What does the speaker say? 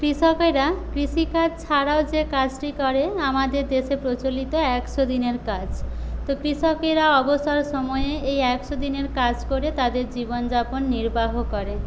কৃষকেরা কৃষিকাজ ছাড়াও যে কাজটি করে আমাদের দেশে প্রচলিত একশো দিনের কাজ তো কৃষকেরা অবসর সময়ে এই একশো দিনের কাজ করে তাদের জীবনযাপন নির্বাহ করে